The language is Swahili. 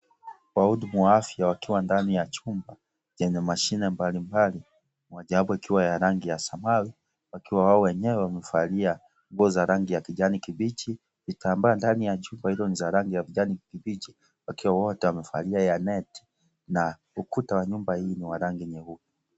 Wahudumu wa afya wakiwa ndani ya chumba, chenye mashine mbalimbali, mojawapo ikiwa ya rangi ya samawi, wakiwa wao wenyewe wamevalia nguo za rangi ya kijani kibichi. Vitambaa ndani ya chumba hilo ni za rangi ya kijani kibichi. Wakiwa wote wamevalia yaneti na ukuta wa nyumba hii ni wa rangi nyeupe.